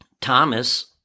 Thomas